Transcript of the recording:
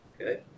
Okay